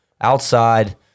Outside